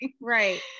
Right